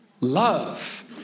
love